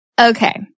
Okay